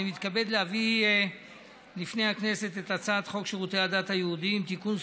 אני מתכבד להביא לפני הכנסת את הצעת חוק שירותי הדת היהודיים (תיקון,